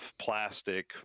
plastic